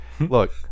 Look